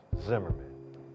Zimmerman